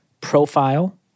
profile